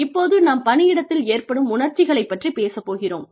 இப்போது நாம் பணியிடத்தில் ஏற்படும் உணர்ச்சிகளைப் பற்றிப் பேசப் போகிறோம்